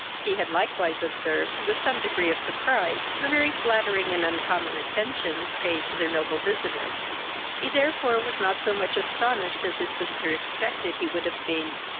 he had likewise observed, with some degree of surprise, the very flattering and uncommon attentions paid to their noble visitor he therefore was not so much astonished as his sister expected he would have been.